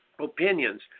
opinions